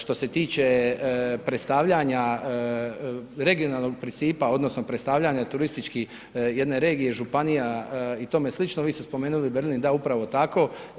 Što se tiče predstavljanja regionalnog principa odnosno predstavljanja turistički jedne regije, županija i tome slično, vi ste spomenuli Berlin, da upravo tako.